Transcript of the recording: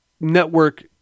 network